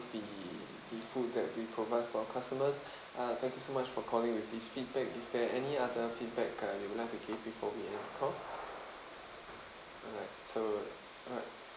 the the food that we provide for our customers uh thank you so much for calling with this feedback is there any other feedback uh you would like to give before we end the call alright so alright